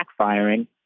backfiring